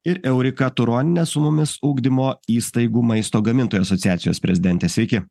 ir eurika turonienė su mumis ugdymo įstaigų maisto gamintojų asociacijos prezidentė sveiki